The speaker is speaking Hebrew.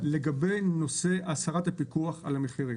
לגבי נושא הסרת הפיקוח על המחירים.